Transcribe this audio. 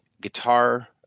guitar